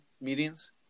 meetings